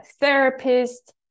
therapist